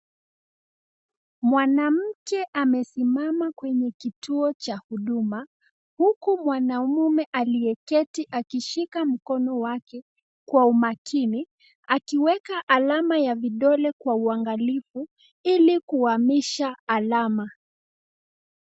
Mwanamke amesimama kwenye kituo cha huduma, huku mwanaume aliyeketi akishika mkono wake Kwa umakini , akiweka alama ya vidole kwa uangalifu, ili kuhamisha alama.